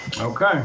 Okay